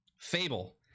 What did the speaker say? Fable